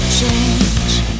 change